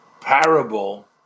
parable